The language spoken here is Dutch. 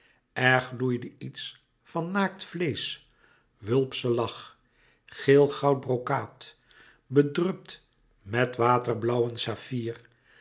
er gloeide iets van naakt vleesch wulpschen lach geelgoud brokaat bedrupt met waterblauwen saffier